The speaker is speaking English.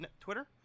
Twitter